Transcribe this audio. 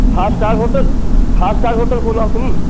five star five star hotel खोला है तुम